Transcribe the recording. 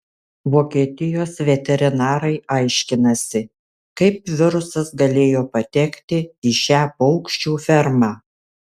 vokietijos veterinarai aiškinasi kaip virusas galėjo patekti į šią paukščių fermą